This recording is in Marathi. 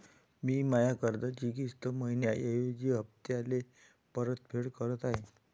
मी माया कर्जाची किस्त मइन्याऐवजी हप्त्याले परतफेड करत आहे